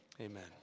Amen